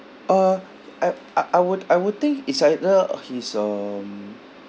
uh I I I would I would think it's either he's um